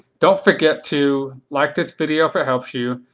don't forget to like this video if it helps you,